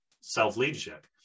self-leadership